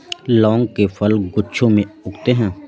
लौंग के फल गुच्छों में उगते हैं